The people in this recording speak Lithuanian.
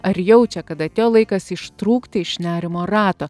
ar jaučia kad atėjo laikas ištrūkti iš nerimo rato